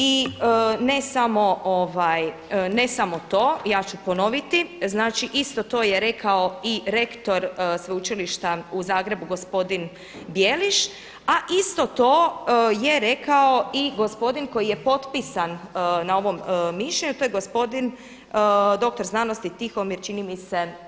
I ne samo to, ja ću ponoviti, znači isto to je rekao i rektor Sveučilišta u Zagrebu gospodin Bjeliš, a isto to je rekao i gospodin koji je potpisan na ovom mišljenju, to je gospodin doktor znanosti Tihomir čini mi se